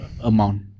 amount